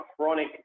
chronic